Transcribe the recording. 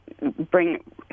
bring